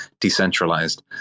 decentralized